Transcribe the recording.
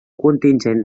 contingent